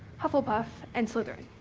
hufflepuff, and slytherin.